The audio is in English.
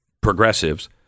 progressives